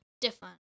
Different